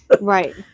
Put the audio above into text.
Right